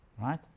right